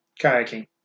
Kayaking